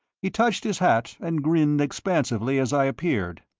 he touched his hat and grinned expansively as i appeared.